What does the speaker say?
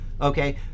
okay